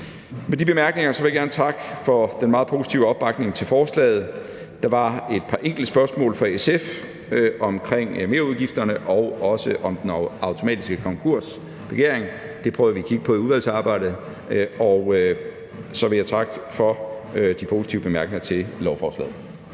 Med de bemærkninger vil jeg gerne takke for den meget positive opbakning til forslaget. Der var et par enkelte spørgsmål fra SF omkring merudgifterne og også om den automatiske konkursbegæring; det prøver vi at kigge på i udvalgsarbejdet. Og så vil jeg takke for de positive bemærkninger til lovforslaget.